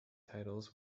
titles